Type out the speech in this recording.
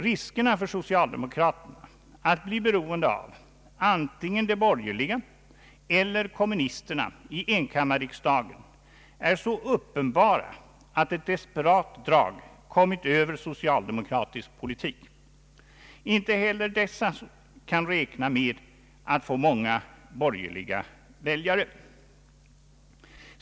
Riskerna för socialdemokraterna att bli beroende av antingen de borgerliga eller kommunisterna i enkammarriksdagen är så uppenbara att ett desperat drag kommit över socialdemokratisk politik. Inte heller dessa kan räkna med att få många borgerliga väljare.